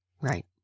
right